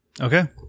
Okay